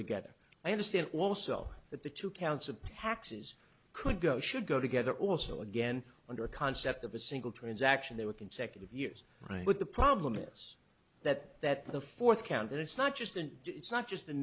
together i understand also that the two counts of taxes could go should go together also again under a concept of a single transaction there were consecutive years right but the problem is that that the fourth count it's not just an it's not just the